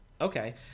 Okay